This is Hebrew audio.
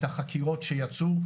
את החקירות שיצאו,